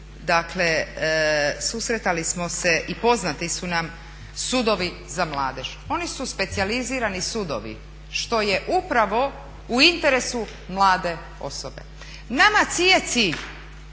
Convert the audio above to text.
dakle susretali smo se i poznati su nam sudovi za mladež. Oni su specijalizirani sudovi što je upravo u interesu mlade osobe. Nama …/Govornik